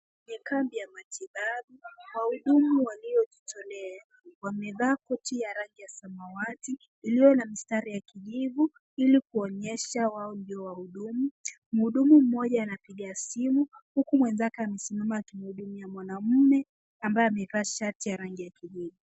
Ni kambi ya matibabu, wahudumu waliojitolea wamevaa koti ya rangi ya samawati uliyo na mistari ya kijivu ili kuonyesha wao ndio wahudumu, mhudumu moja anapiga simu huku mwenzake anasimama akimhudumia mwanamume ambaye amevaa shhati ya kijivu.